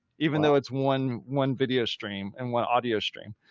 even though it's one, one video stream and one audio stream.